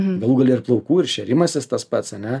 galų gale ir plaukų ir šėrimasis tas pats ar ne